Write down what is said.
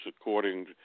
according